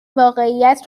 واقعیت